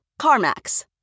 CarMax